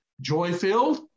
joy-filled